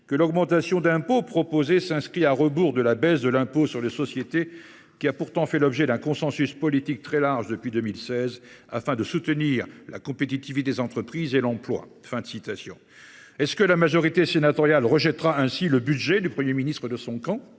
que « l’augmentation d’impôt proposée s’inscrit à rebours de la baisse de l’impôt sur les sociétés, qui a pourtant fait l’objet d’un consensus politique très large depuis 2016, afin de soutenir la compétitivité des entreprises et l’emploi ». La majorité sénatoriale rejettera t elle ainsi le budget du Premier ministre issu de son camp ?